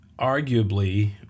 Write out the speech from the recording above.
arguably